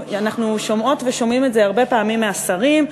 אנחנו שומעות ושומעים את זה הרבה פעמים מהשרים.